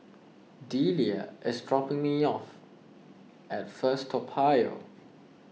Delia is dropping me off at First Toa Payoh